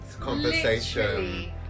conversation